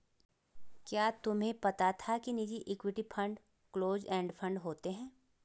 क्या तुम्हें पता था कि निजी equity fund close end fund होते हैं?